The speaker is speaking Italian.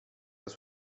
alla